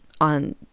on